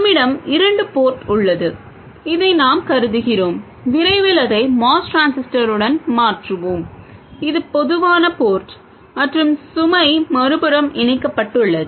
நம்மிடம் இரண்டு போர்ட் உள்ளது இதை நாம் கருதுகிறோம் விரைவில் அதை MOS டிரான்சிஸ்டருடன் மாற்றுவோம் இது பொதுவான போர்ட் மற்றும் சுமை மறுபுறம் இணைக்கப்பட்டுள்ளது